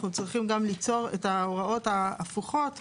אנחנו צריכים גם ליצור את ההוראות ההפוכות שאומרות,